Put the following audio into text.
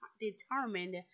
determined